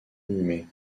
inhumés